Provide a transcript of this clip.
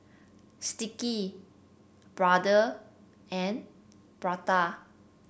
Sticky Brother and Prada